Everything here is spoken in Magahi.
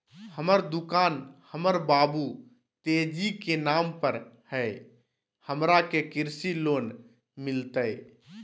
हमर दुकान हमर बाबु तेजी के नाम पर हई, हमरा के कृषि लोन मिलतई?